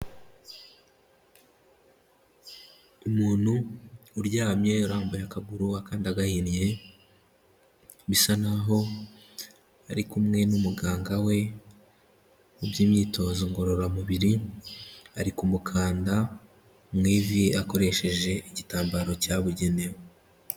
Umuntu uryamye yarambuye akaguru akandi agahinnye, bisa n'aho ari kumwe n'umuganga we ku by'imyitozo ngororamubiri, ari kumukanda mu ivi akoresheje igitambaro cyabugenewe.